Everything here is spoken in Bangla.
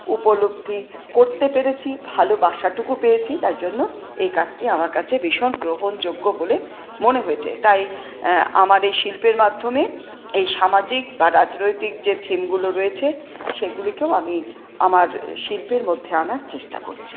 উপলব্ধি করতে পেরেছি ভালোবাসাটুকু পেয়েছি তার জন্য এই কাজটি আমার কাছে ভীষণ গ্রহণযোগ্য বলে মনে হয়েছে তাই আমার এই শিল্পের মাধ্যমে এই সামাজিক বা রাজনৈতিক যে থিমগুলো রয়েছে সেগুলিকেও আমি আমার শিল্পের মধ্যে আনার চেষ্টা করছি